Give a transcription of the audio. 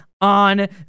on